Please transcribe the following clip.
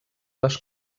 les